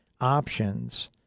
options